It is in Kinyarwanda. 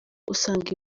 usanga